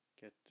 Get